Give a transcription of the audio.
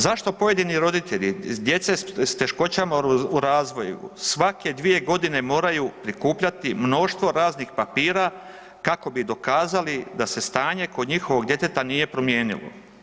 Zašto pojedini roditelji djece s teškoćama u razvoju svake 2 g. moraju prikupljati mnoštvo raznih papira kako bi dokazali da se stanje kod njihovog djeteta nije promijenilo?